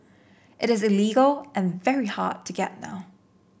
it is illegal and very hard to get now